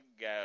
go